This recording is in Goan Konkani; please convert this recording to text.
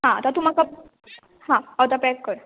आं आतां तूं म्हाका आं होतो पेक कर